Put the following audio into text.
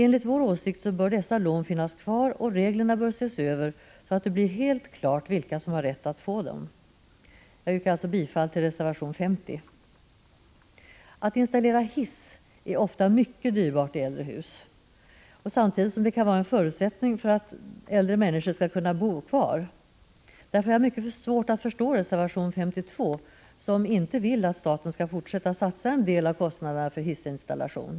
Enligt vår åsikt bör dessa lån finnas kvar. Vidare Prot. 1985/86:119 bör reglerna ses över. Det skall vara helt klart vilka som har rätt att få lån. Jag yrkar bifall till reservation 50. Det är ofta mycket dyrt att installera hiss i äldre hus. Men samtidigt kan det vara en förutsättning för att äldre skall kunna bo kvar. Därför har jag mycket svårt att förstå reservation 52, av vilken framgår att man inte vill att staten skall fortsätta att stå för en del av kostnaderna för hissinstallationer.